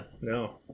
No